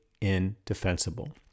indefensible